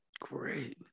Great